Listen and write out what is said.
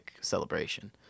celebration